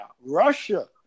Russia